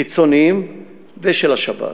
חיצוניים ושל השב"ס.